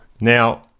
Now